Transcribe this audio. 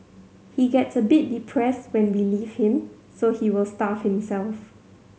he gets a bit depressed when we leave him so he will starve himself